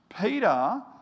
Peter